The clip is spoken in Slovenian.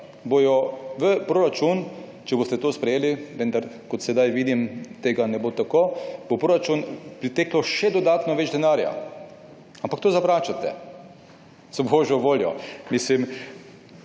bo v proračun, če boste to sprejeli, vendar kot sedaj vidim, tega ne bo, priteklo še dodatno več denarja. Ampak to zavračate. Za božjo voljo! Očitamo